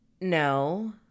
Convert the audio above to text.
No